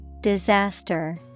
Disaster